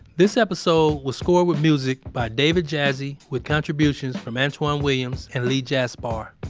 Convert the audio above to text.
this episode was scored with music by david jassy, with contributions from antwan williams and lee jasper.